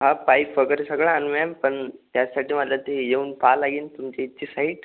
हा पाईप वगरे सगळं आणू मॅम पण त्यासाठी मला ते येऊन पाहाय लागेल तुमच्या इथची साईट